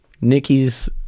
Nikki's